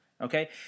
okay